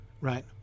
right